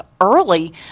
early